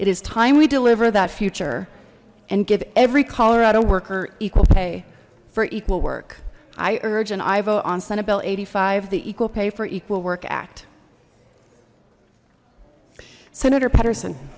it is time we deliver that future and give every colorado worker equal pay for equal work i urge an aye vote on senate bill eighty five the equal pay for equal work act senator peterson